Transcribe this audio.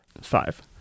Five